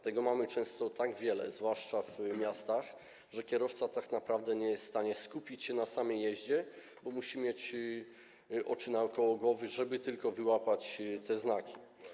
Tego mamy często tak wiele, zwłaszcza w miastach, że kierowca tak naprawdę nie jest w stanie skupić się na samej jeździe, bo musi mieć oczy dookoła głowy, żeby tylko wyłapać te znaki.